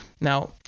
Now